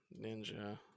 Ninja